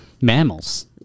mammals